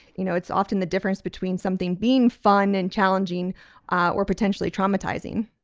you know it's often the difference between something being fun and challenging or potentially traumatizing